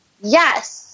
Yes